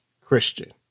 Christian